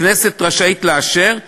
הכנסת רשאית לאשר,